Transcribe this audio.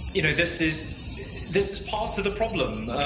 you know, this is this is part of the problem.